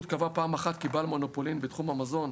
קבעה פעם אחת כי בעל מונופולין בתחום המזון,